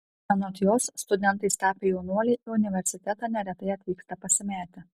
anot jos studentais tapę jaunuoliai į universitetą neretai atvyksta pasimetę